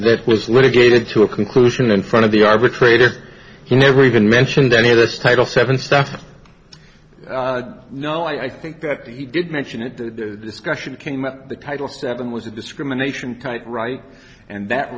it was litigated to a conclusion in front of the arbitrator he never even mentioned any of this title seven stuff no i think that he did mention it the discussion came up the title seven was a discrimination type right and that